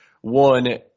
one